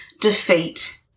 defeat